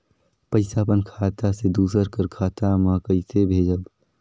पइसा अपन खाता से दूसर कर खाता म कइसे भेजब?